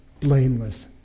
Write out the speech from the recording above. blameless